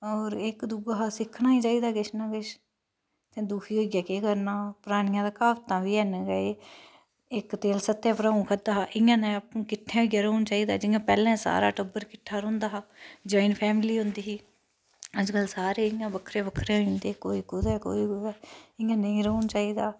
और इक दुऐ शा सिक्खना ई चाहिदी दा इक दूए शा दुखी होइयै केह् करना परानियां ता क्हाबतां बी हैन इक तिल सत्तैं भ्राएं खाद्धा हा इयां न किट्ठे होईयै रौह्ना चाहिदा जियां पैह्लैं सारा टब्बर किट्ठा रौंह्दा हा जोऑईन फैमली होंदी ही अजकल सारे बक्खरै बक्खरा होई जंदे कोई कुदै कोई कुदै इ'यां नेईं रौह्ना चाहिदा